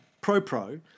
pro-pro